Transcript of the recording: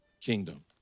kingdom